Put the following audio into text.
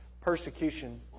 persecution